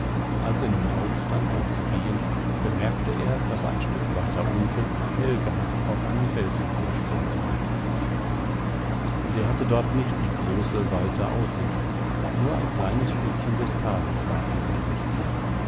als er nun aufstand um zu gehen bemerkte er daß ein stück weiter unten helga auf einem felsenvorsprung saß sie hatte dort nicht die große weite aussicht nur ein kleines stückchen des tales war für sie sichtbar